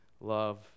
love